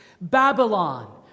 Babylon